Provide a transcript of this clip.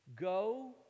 Go